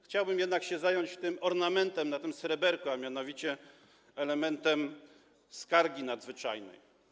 Chciałbym jednak zająć się tym ornamentem na sreberku, a mianowicie elementem skargi nadzwyczajnej.